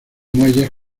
muelles